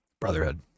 brotherhood